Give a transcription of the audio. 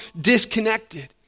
disconnected